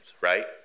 right